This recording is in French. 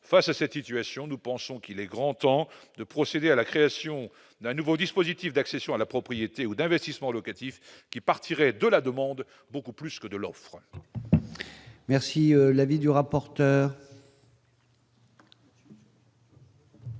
Face à cette situation, il est grand temps de procéder à la création d'un nouveau dispositif d'accession à la propriété ou d'investissement locatif, qui partirait de la demande plutôt que de l'offre. Quel est l'avis de la